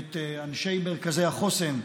את אנשי מרכזי החוסן,